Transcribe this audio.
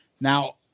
Now